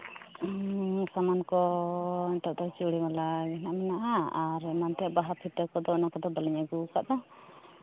ᱥᱟᱢᱟᱱ ᱠᱚ ᱱᱤᱛᱚᱜ ᱫᱚ ᱪᱩᱲᱤᱼᱢᱟᱞᱟᱜᱮ ᱦᱟᱸᱜ ᱢᱮᱱᱟᱜᱼᱟ ᱟᱨ ᱱᱚᱱᱛᱮ ᱵᱟᱦᱟ ᱯᱷᱤᱛᱟᱹ ᱠᱚᱫᱚ ᱚᱱᱟ ᱠᱚᱫᱚ ᱵᱟᱹᱞᱤᱧ ᱟᱹᱜᱩ ᱟᱠᱟᱫᱟ